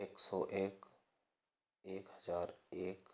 एक सौ एक एक हज़ार एक